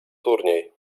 turniej